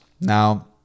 now